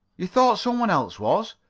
you thought some one else was?